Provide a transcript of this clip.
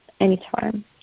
anytime